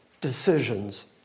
decisions